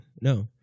No